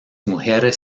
mujeres